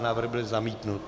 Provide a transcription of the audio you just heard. Návrh byl zamítnut.